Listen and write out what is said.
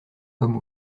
homme